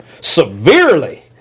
severely